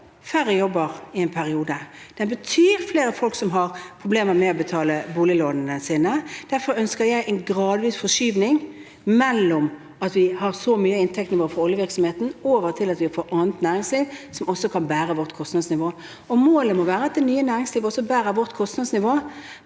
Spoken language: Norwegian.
færre jobber i en periode. Den betyr flere folk som har problemer med å betale boliglånene sine. Derfor ønsker jeg en gradvis forskyvning fra at så mye av inntekten vår kommer fra oljevirksomheten, over til at vi får annet næringsliv som også kan bære vårt kostnadsnivå. Målet må være at det nye næringslivet også bærer vårt kostnadsnivå,